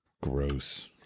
Gross